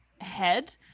head